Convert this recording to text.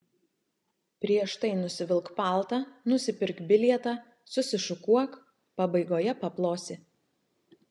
prieš tai nusivilk paltą nusipirk bilietą susišukuok pabaigoje paplosi